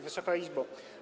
Wysoka Izbo!